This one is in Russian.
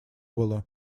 было